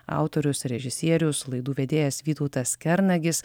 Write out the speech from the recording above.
autorius režisierius laidų vedėjas vytautas kernagis